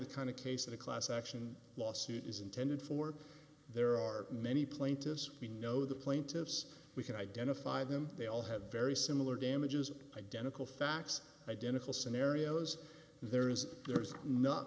the kind of case that a class action lawsuit is intended for there are many plaintiffs we know the plaintiffs we can identify them they all have very similar damages identical facts identical scenarios there is there is not